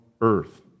earth